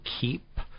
keep